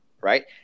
right